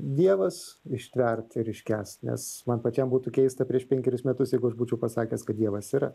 dievas ištvert ir iškęst nes man pačiam būtų keista prieš penkerius metus jeigu aš būčiau pasakęs kad dievas yra